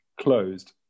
closed